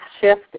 shift